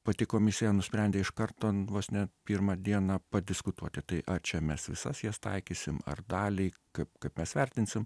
pati komisija nusprendė iš karto vos ne pirmą dieną padiskutuoti tai ar čia mes visas jas taikysim ar daliai kaip kaip mes vertinsim